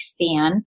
span